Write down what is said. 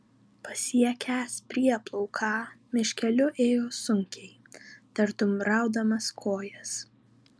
pasiekęs prieplauką miškeliu ėjo sunkiai tartum raudamas kojas